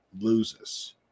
loses